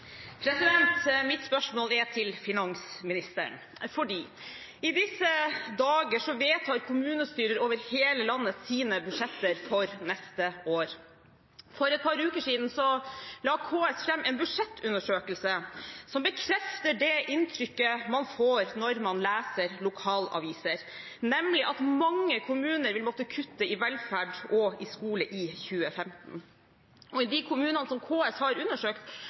Mitt spørsmål går til finansministeren. I disse dager vedtar kommunestyrer over hele landet sine budsjetter for neste år. For et par uker siden la KS fram en budsjettundersøkelse som bekrefter inntrykket man får når man leser lokalaviser, nemlig at mange kommuner vil måtte kutte i velferd og i skole i 2015. I de kommunene som KS har undersøkt,